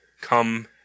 come